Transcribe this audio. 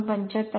75 आहे